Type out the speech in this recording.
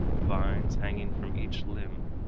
vines hanging from each limb,